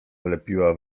wlepiła